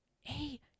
hey